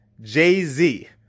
Jay-Z